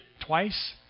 twice